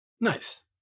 Nice